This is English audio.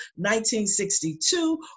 1962